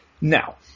Now